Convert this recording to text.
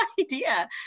idea